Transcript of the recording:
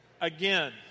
again